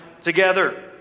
together